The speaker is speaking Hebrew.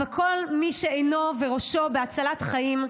אבל כל מי שעיניו בראשו בהצלת חיים,